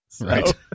Right